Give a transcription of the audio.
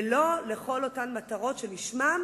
ולא לכל אותן מטרות שלשמן,